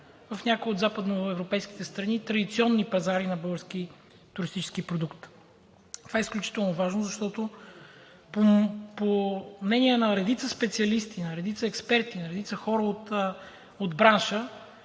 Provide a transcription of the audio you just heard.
в някоя от западноевропейските страни – традиционни пазари на българския туристически продукт? Това е изключително важно, защото по мнение на редица специалисти, на редица експерти, на редица хора от бранша,